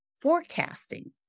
forecasting